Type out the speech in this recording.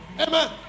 Amen